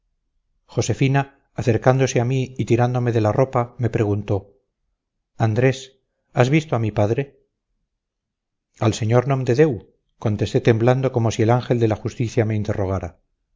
josefina acercándose a mí y tirándome de la ropa me preguntó andrés has visto a mi padre al sr nomdedeu contesté temblando como si el ángel de la justicia me interrogara